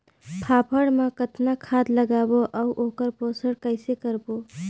फाफण मा कतना खाद लगाबो अउ ओकर पोषण कइसे करबो?